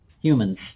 humans